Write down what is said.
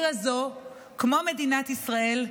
כמו מדינת ישראל,